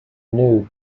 nude